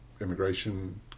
immigration